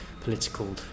Political